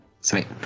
Sweet